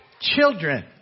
children